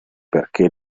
perché